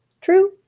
True